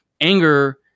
anger